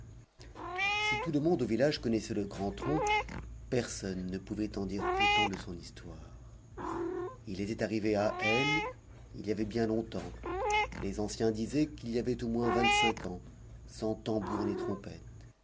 si tout le monde au village connaissait le grand tronc personne ne pouvait en dire autant de son histoire il était arrivé à l il y avait bien longtemps les anciens disaient qu'il y avait au moins vingt-cinq ans sans tambour ni trompette